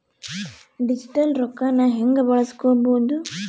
Digital ರೊಕ್ಕನ ಹ್ಯೆಂಗ ಬಳಸ್ಕೊಬೊದು?